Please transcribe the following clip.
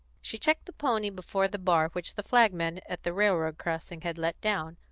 she checked the pony before the bar which the flagman at the railroad crossing had let down,